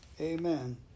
Amen